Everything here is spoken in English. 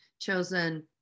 chosen